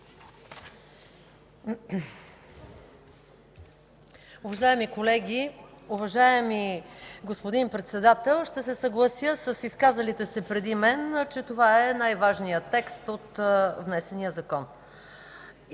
Уважаеми колеги, уважаеми господин Председател, ще се съглася с изказалите се преди мен, че това е най-важният текст от внесения закон.